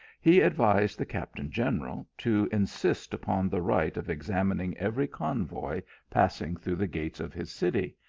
he advised the captain-general to insist upon the right of examining every convoy passing through the gates of his city,